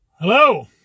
Hello